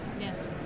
Yes